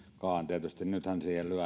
tietysti nythän siihen lyödään tai